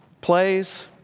plays